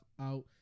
out